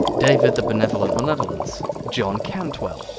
david the benevolent malevolence, john cantwell,